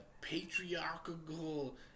patriarchal